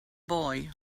boy